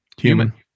human